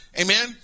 Amen